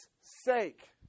sake